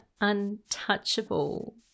untouchable